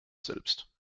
selbst